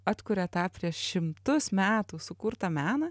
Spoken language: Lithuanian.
atkuria tą prieš šimtus metų sukurtą meną